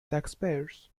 taxpayers